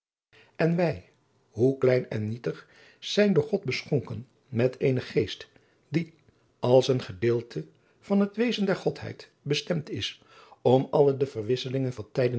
en wij hoe klein en nietig zijn door god beschonken met eenen geest die als een gedeelte van het wezen der godheid bestemd is om alle de verwisselingen van